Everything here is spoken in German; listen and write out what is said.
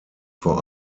vor